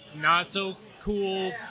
not-so-cool